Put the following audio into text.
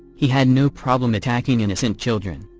he had no problem attacking innocent children.